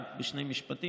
רק בשני משפטים,